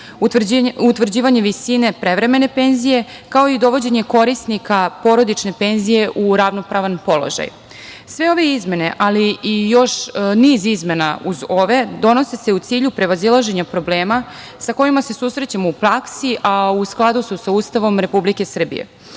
utvrđivanje visine prevremene penzije, kao i dovođenje korisnika porodične penzije u ravnopravan položaj. Sve ove izmene, ali i još niz izmena uz ove donose se u cilju prevazilaženja problema sa kojima se susrećemo u praksi, a u skladu su sa Ustavom Republike Srbije.